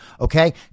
Okay